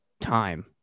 Time